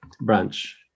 branch